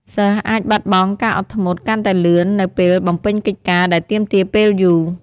សិស្សអាចបាត់បង់ការអត់ធ្មត់កាន់តែលឿន នៅពេលបំពេញកិច្ចការដែលទាមទារពេលយូរ។